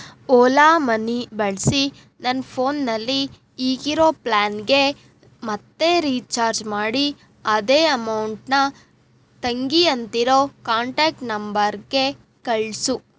Ola money ಬಳಸಿ ನನ್ನ ಫೋನ್ನಲ್ಲಿ ಈಗಿರೋ ಪ್ಲ್ಯಾನ್ಗೇ ಮತ್ತೆ ರೀಚಾರ್ಜ್ ಮಾಡಿ ಅದೇ ಅಮೌಂಟನ್ನ ತಂಗಿ ಅಂತಿರೋ ಕಾಂಟ್ಯಾಕ್ಟ್ ನಂಬರ್ಗೆ ಕಳಿಸು